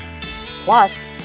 Plus